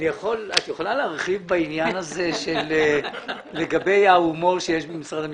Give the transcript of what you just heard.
יכולה להרחיב בעניין הזה לגבי ההומור שיש במשרד המשפטים?